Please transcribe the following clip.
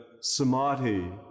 samadhi